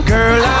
Girl